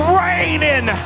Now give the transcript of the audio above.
raining